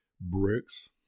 bricks